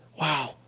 Wow